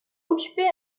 occupé